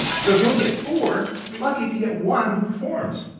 so if you only get four, you're lucky if you get one who performs.